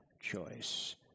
choice